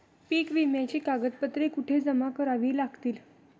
पीक विम्याची कागदपत्रे कुठे जमा करावी लागतील?